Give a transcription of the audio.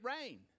rain